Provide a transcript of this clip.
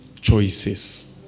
choices